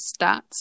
stats